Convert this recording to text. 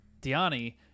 Diani